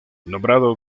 nombrado